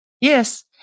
Yes